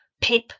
Pip